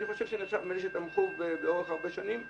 אני חושב שאני נחשב מאלה שתמכו --- הרבה שנים,